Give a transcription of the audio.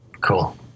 Cool